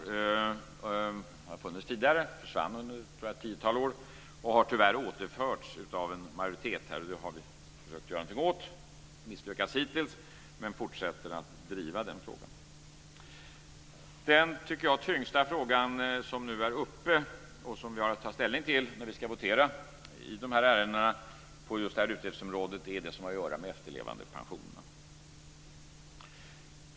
Den har funnits tidigare. Den försvann under ett tiotal år, och har tyvärr återförts av en majoritet. Det har vi försökt att göra någonting åt. Vi har hittills misslyckats, men vi fortsätter att driva den frågan. Den tyngsta fråga som nu är uppe, och som vi ska ta ställning till när vi ska votera i dessa ärenden på just detta utgiftsområde, är det som har att göra med efterlevandepensionerna.